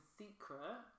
secret